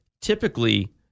typically